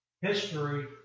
history